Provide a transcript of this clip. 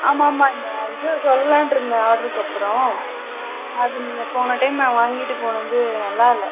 ஆமாம் ஆமாம் இந்த இது சொல்லலாம்ன்னு இருந்தோம் ஆடருக்கு அப்புறம் அது நீங்கள் போன டைம் நான் வாங்கிட்டு போனது வந்து நல்லாயில்ல